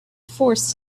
forced